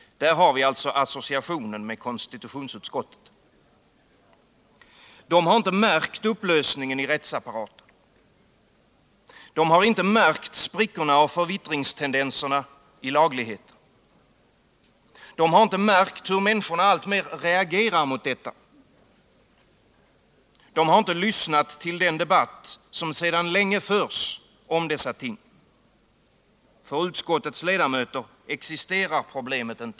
Där har vi associationen med konstitutionsutskottet. Det har inte märkt upplösningen i rättsapparaten. Det har inte märkt sprickorna och förvittringstendenserna i lagligheten. Det har inte märkt hur människorna alltmer reagerar mot detta. Det har inte lyssnat till den debatt som sedan länge förs om dessa ting. För utskottets ledamöter existerar inte problemet.